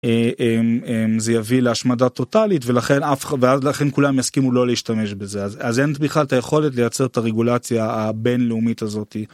זה יביא להשמדה טוטאלית ולכן אף אחד לכם כולם מסכימו לא להשתמש בזה אז אין בכלל את היכולת לייצר את הרגולציה הבינלאומית הזאת.